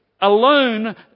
alone